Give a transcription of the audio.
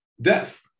death